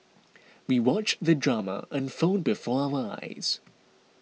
we watched the drama unfold before our eyes